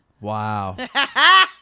wow